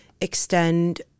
extend